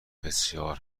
بسیار